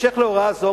בהמשך להוראה זו,